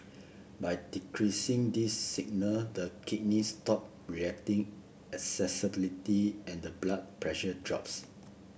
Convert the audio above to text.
by decreasing these signal the kidneys stop reacting excessively and the blood pressure drops